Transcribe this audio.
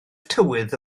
tywydd